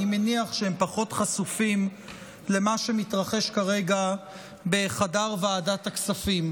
אני מניח שהם פחות חשופים למה שמתרחש כרגע בחדר ועדת הכספים.